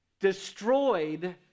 destroyed